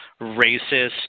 racist